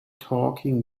talking